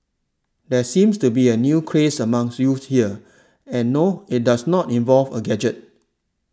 there seems to be a new craze among youths here and no it does not involve a gadget